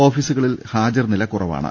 ഓഫീസുകളിൽ ഹാജർനില കുറ വാണ്